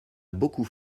beaucoup